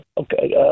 Okay